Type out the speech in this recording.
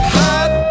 hot